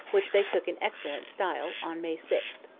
which they took in excellent style, on may six.